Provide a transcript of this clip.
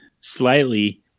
Slightly